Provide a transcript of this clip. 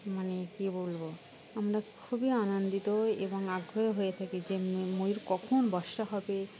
মানে কী বলবো আমরা খুবই আনন্দিত এবং আগ্রহ হয়ে থাকি যে ময়ূর কখন বর্ষা হবে